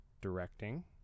directing